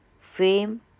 fame